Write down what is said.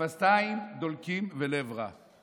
שפתיים דולקים ולב רע.